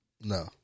No